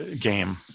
game